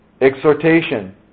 Exhortation